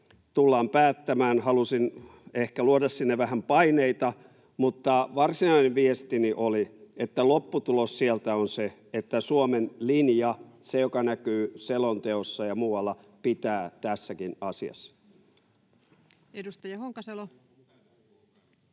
tullaan päättämään — halusin ehkä luoda sinne vähän paineita — mutta varsinainen viestini oli, että lopputulos sieltä on se, että Suomen linja, joka näkyy selonteossa ja muualla, pitää tässäkin asiassa. Edustaja Honkasalo.